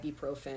ibuprofen